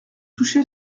touché